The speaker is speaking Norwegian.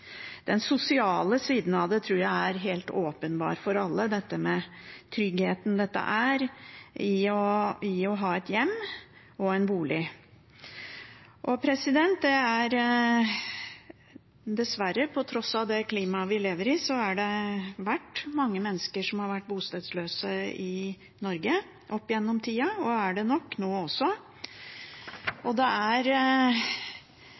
Den sosiale siden av det tror jeg er helt åpenbar for alle – tryggheten det er å ha et hjem og en bolig. Det har dessverre, på tross av det klimaet vi lever i, vært mange mennesker som har vært bostedsløse i Norge opp igjennom tida – og er det nok nå også.